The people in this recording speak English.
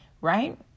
right